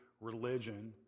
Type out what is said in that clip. religion